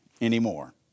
anymore